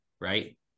right